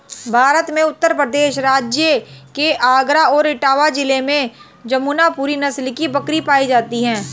भारत में उत्तर प्रदेश राज्य के आगरा और इटावा जिले में जमुनापुरी नस्ल की बकरी पाई जाती है